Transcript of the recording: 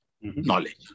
Knowledge